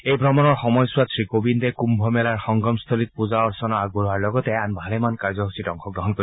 এই ভ্ৰমণৰ সময়ছোৱাত শ্ৰীকোবিন্দে কুম্ভমেলাৰ সংগমন্থলীত পূজা অৰ্চনা আগবঢ়োৱাৰ লগতে আন ভালেমান কাৰ্যসূচীত অংশগ্ৰহণ কৰিব